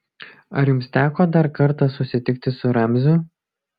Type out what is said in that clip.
ar jums teko dar kartą susitikti su ramziu